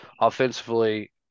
offensively